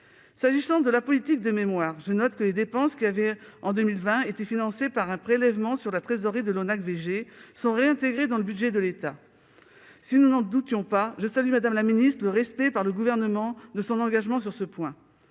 S'agissant de la politique de mémoire, je note que ces dépenses, qui avaient été financées en 2020 par un prélèvement sur la trésorerie de l'ONAC-VG, sont réintégrées dans le budget de l'État. Nous n'en doutions pas, mais je salue, madame la ministre, le respect de l'engagement pris par le Gouvernement sur ce point.